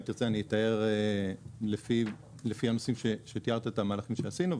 אם תרצה אני אתאר לפי הנושאים שתיארת את המהלכים שעשינו,